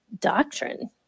doctrine